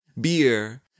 beer